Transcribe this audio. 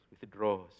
withdraws